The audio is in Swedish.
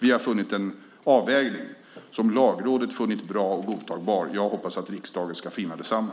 Vi har funnit en avvägning som Lagrådet har funnit bra och godtagbar. Jag hoppas att riksdagen ska finna detsamma.